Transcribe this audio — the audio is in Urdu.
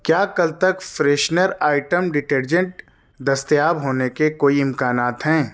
کیا کل تک فریشنر آئٹم ڈٹرجنٹ دستیاب ہونے کے کوئی امکانات ہیں